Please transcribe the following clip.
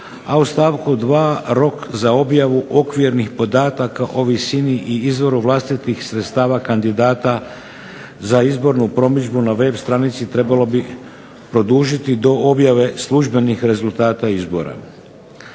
a u stavku 2. rok za objavu okvirnih podataka o visini i izvoru vlastitih sredstava kandidata za izbornu promidžbu na web-stranici trebalo bi produžiti do objave službenih rezultata izbora.